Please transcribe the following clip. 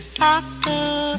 doctor